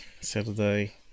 Saturday